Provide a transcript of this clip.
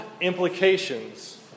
implications